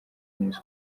neza